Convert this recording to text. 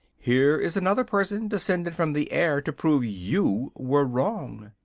here is another person descended from the air to prove you were wrong.